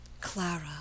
Clara